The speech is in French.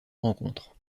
rencontre